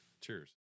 Cheers